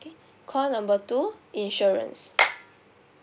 okay call number two insurance